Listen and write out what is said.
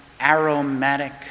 Aromatic